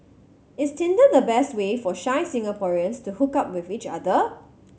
is Tinder the best way for shy Singaporeans to hook up with each other